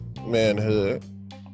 manhood